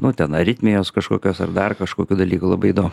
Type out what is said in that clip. nu ten aritmijos kažkokios ar dar kažkokių dalykų labai įdomu